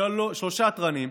שלושה תרנים,